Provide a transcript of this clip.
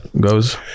goes